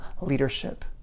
leadership